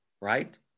Right